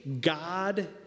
God